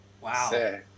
Wow